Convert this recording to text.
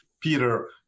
Peter